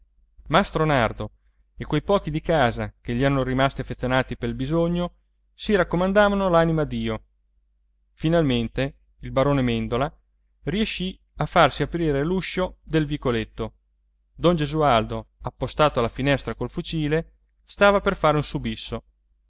nardo e quei pochi di casa che gli erano rimasti affezionati pel bisogno si raccomandavano l'anima a dio finalmente il barone mèndola riescì a farsi aprire l'uscio del vicoletto don gesualdo appostato alla finestra col fucile stava per fare un subisso